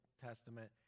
Testament